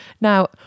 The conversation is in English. now